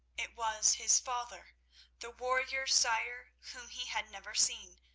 it was his father the warrior sire whom he had never seen,